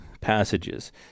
passages